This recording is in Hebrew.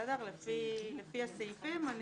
לפי הסעיפים.